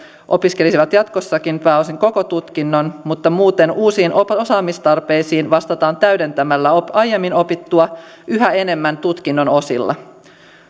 opiskelisivat jatkossakin pääosin koko tutkinnon mutta muuten uusiin osaamistarpeisiin vastataan täydentämällä aiemmin opittua yhä enemmän tutkinnon osilla